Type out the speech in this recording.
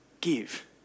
give